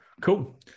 Cool